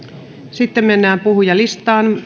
sitten mennään puhujalistaan